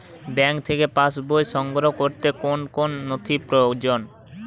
Bank থেকে pass বই সংগ্রহ করতে কোন কোন নথি প্রয়োজন?